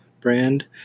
brand